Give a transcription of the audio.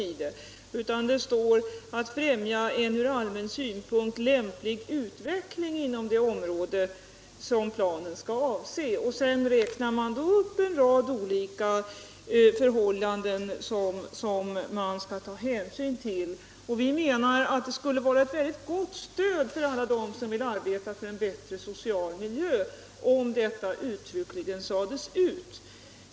Det står: ”Planläggning skall ske så, att den främjar en ur allmän synpunkt lämplig utveckling inom det område, som planen skall avse.” Sedan räknas det upp en rad olika förhållanden som man skall ta hänsyn till. Vi menar att det skulle vara ett mycket gott stöd för alla dem som vill arbeta för en bättre social miljö om detta uttryckligen sades ut.